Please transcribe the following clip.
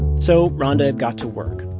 so, ronda and got to work.